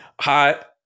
hot